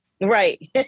Right